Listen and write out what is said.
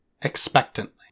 expectantly